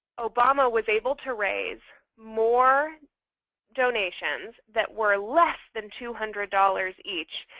obama was able to raise more donations that were less than two hundred dollars each.